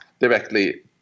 directly